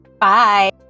Bye